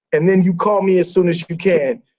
and then you call me as soon as you can.